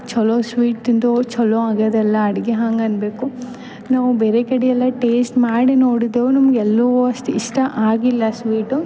ಛಲೋ ಸ್ವೀಟ್ ತಿಂದು ಛಲೋ ಆಗ್ಯದೆಲ್ಲ ಅಡುಗೆ ಹಂಗೆ ಅನ್ಬೇಕು ನಾವು ಬೇರೆ ಕಡೆ ಎಲ್ಲ ಟೇಸ್ಟ್ ಮಾಡಿ ನೋಡಿದ್ದೆವು ನಮ್ಗೆ ಎಲ್ಲೂ ಅಷ್ಟ್ ಇಷ್ಟ ಆಗಿಲ್ಲ ಸ್ವೀಟು